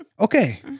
Okay